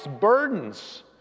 burdens